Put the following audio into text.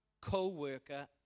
co-worker